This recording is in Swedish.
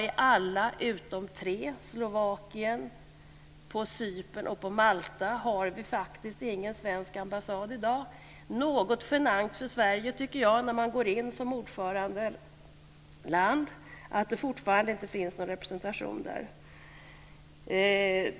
I Malta, har vi ingen svensk ambassad i dag. Det är något genant för Sverige när vi går in som ordförandeland att det fortfarande inte finns någon representation där.